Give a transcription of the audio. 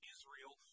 Israel